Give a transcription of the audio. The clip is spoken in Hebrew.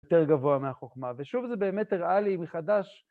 יותר גבוה מהחוכמה, ושוב זה באמת הראה לי מחדש...